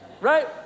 right